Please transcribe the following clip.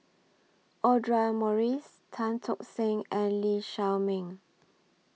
Audra Morrice Tan Tock Seng and Lee Shao Meng